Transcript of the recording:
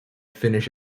finish